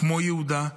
כמו יהודה,